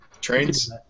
Trains